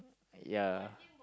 ya